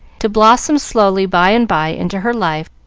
to blossom slowly by and by into her life,